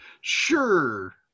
Sure